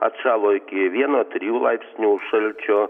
atšalo iki vieno trijų laipsnių šalčio